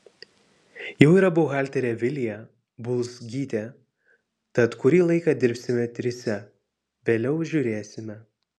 jau yra buhalterė vilija bulzgytė tad kurį laiką dirbsime trise vėliau žiūrėsime